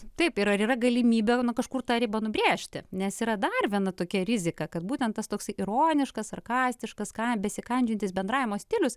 taip yra ir yra galimybė kažkur tą ribą nubrėžti nes yra dar viena tokia rizika kad būtent tas toksai ironiškas sarkastiškas ką besikandžiojantis bendravimo stilius